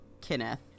Kenneth